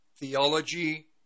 theology